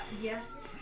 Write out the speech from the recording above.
Yes